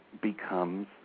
becomes